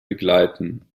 begleiten